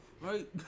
right